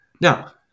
Now